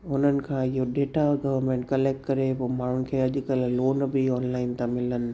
उन्हनि खां इहो डेटा गवर्मेंट कलेक्ट करे पोइ माण्हूनि खे अॼकल्ह लोन बि ऑनलाइन था मिलनि